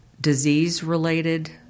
disease-related